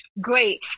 Great